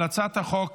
להצעת החוק